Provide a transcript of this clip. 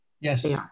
Yes